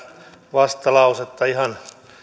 vastalausetta ihan